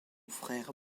frère